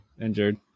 injured